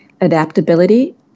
adaptability